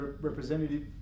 representative